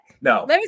No